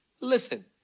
Listen